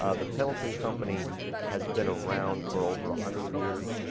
ah the pendleton company has been around for over a hundred years,